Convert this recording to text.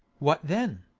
what then?